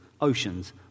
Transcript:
oceans